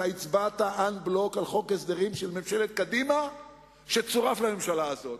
אתה הצבעת en bloc על חוק הסדרים של ממשלת קדימה שצורף לממשלה הזאת,